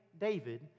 David